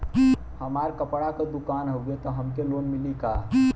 हमार कपड़ा क दुकान हउवे त हमके लोन मिली का?